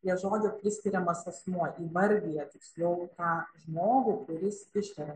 prie žodžio priskiriamas asmuo įvardija tiksliau tą žmogų kuris ištaria